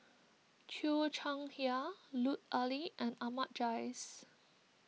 Cheo Chai Hiang Lut Ali and Ahmad Jais